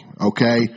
okay